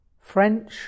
french